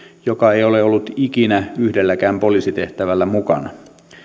joka ei ole ollut ikinä yhdelläkään poliisitehtävällä mukana